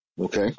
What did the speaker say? Okay